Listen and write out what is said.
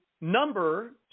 number